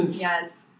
Yes